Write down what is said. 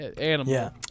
animal